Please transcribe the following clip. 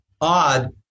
Odd